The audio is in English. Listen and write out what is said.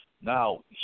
Now